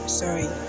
sorry